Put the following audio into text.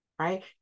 right